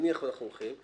נניח ואנחנו הולכים,